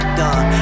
done